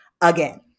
again